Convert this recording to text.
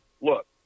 look